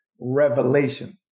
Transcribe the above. revelation